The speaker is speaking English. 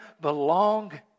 belong